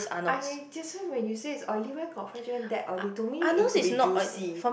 I just now when you say it's oily where got fried chicken that oily to me it could be juicy